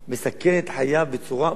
מסכן את חייו בצורה ברורה.